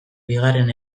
bigarren